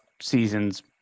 seasons